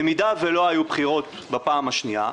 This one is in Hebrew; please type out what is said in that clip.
במידה ולא היו בחירות בפעם השנייה,